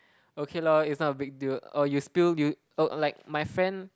okay lor it's not a big deal oh you still you oh like my friend